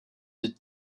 des